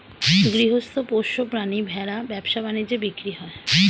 গৃহস্থ পোষ্য প্রাণী ভেড়া ব্যবসা বাণিজ্যে বিক্রি হয়